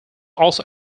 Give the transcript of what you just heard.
also